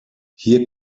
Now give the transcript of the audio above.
hier